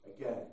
again